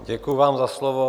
Děkuji vám za slovo.